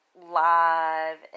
live